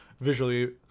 visually